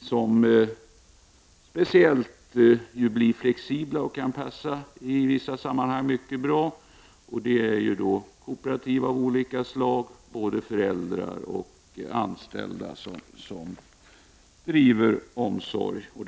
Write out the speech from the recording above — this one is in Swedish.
som är flexibla och kan passa bra in i vissa sammanhang. Det finns t.ex. kooperativa lösningar av olika slag där föräldrar eller anställda driver verksamheten.